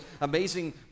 amazing